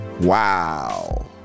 Wow